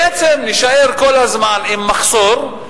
בעצם נישאר כל הזמן עם מחסור,